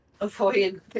avoid